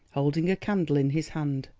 holding a candle in his hand.